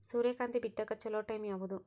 ಸೂರ್ಯಕಾಂತಿ ಬಿತ್ತಕ ಚೋಲೊ ಟೈಂ ಯಾವುದು?